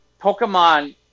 Pokemon